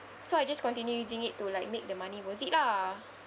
so I just continue using it to like make the money worth it lah